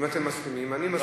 אם אתם מסכימים, אני מסכים גם.